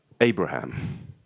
Abraham